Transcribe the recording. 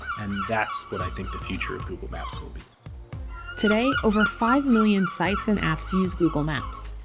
and that's what i think the future of google maps will be today. over five million sites and apps use google maps.